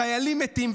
חיילים מתים,